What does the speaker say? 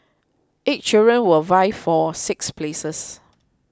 eight children will vie for six places